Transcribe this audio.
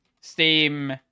Steam